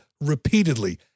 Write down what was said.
repeatedly